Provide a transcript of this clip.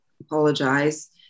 apologize